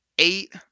Eight